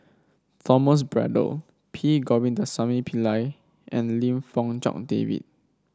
Thomas Braddell P Govindasamy Pillai and Lim Fong Jock David